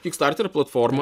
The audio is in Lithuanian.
kickstarter platforma